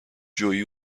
جوئی